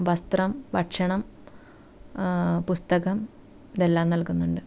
വസ്ത്രം ഭക്ഷണം പുസ്തകം ഇതെല്ലാം നൽകുന്നുണ്ട്